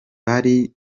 bari